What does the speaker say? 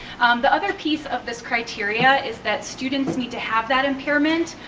the other piece of this criteria is that students need to have that impairment,